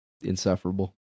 insufferable